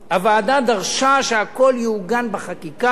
הוועדה דרשה שהכול יעוגן בחקיקה.